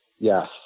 Yes